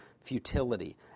futility